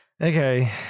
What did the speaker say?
okay